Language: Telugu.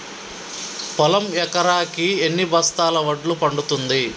పొలం ఎకరాకి ఎన్ని బస్తాల వడ్లు పండుతుంది?